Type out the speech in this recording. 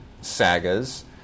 sagas